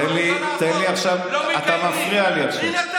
תן לי, אתה מפריע לי עכשיו.